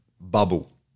bubble